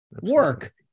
work